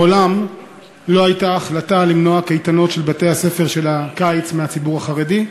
מעולם לא הייתה החלטה למנוע קייטנות של בתי-הספר של הקיץ מהציבור החרדי.